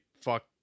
fuck